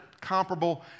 comparable